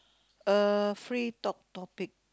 uh free talk topic